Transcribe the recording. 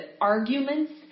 arguments